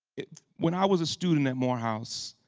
when i was a student at morehouse,